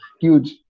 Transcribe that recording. huge